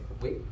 wait